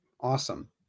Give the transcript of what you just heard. Awesome